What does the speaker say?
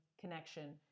connection